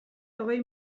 hogei